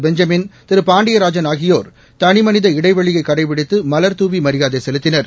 Benjamin திரு பாண்டியராஜன் ஆகியோர் தனிமனித இடைவெளியை கடைபிடித்து மலர் தூவி மரியாதை செலுத்தினர்